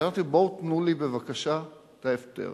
אמרתי, בואו תנו לי בבקשה את ההסבר.